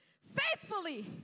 Faithfully